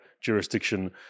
jurisdiction